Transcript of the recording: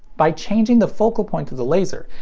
by changing the focal point of the laser,